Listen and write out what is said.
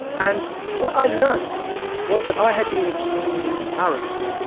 and what i learned was that i had been extremely arrogant.